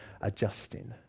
adjusting